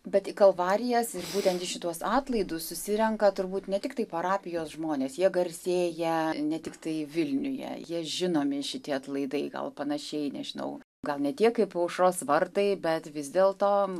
bet į kalvarijas būtent į šituos atlaidus susirenka turbūt ne tiktai parapijos žmonės jie garsėja ne tiktai vilniuje jie žinomi šitie atlaidai gal panašiai nežinau gal ne tiek kaip aušros vartai bet vis dėlto